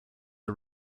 are